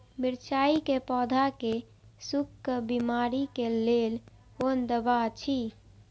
मिरचाई के पौधा के सुखक बिमारी के लेल कोन दवा अछि?